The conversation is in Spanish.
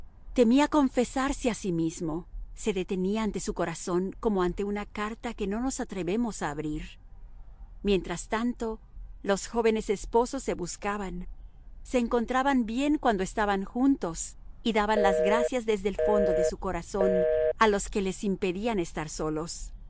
temía confesarse a sí mismo se detenía ante su corazón como ante una carta que no nos atrevemos a abrir mientras tanto los jóvenes esposos se buscaban se encontraban bien cuando estaban juntos y daban las gracias desde el fondo de su corazón a los que les impedían estar solos